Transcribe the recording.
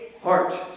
Heart